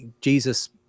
Jesus